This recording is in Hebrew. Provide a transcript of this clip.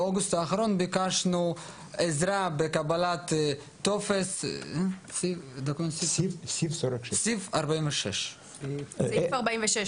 באוגוסט האחרון ביקשנו עזרה בקבלת טופס סעיף 46. סעיף 46,